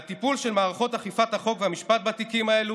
והטיפול של מערכות אכיפת החוק והמשפט בתיקים האלה